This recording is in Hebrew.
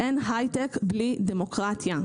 אין היי-טק בלי דמוקרטיה.